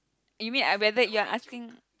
you mean I whether you're asking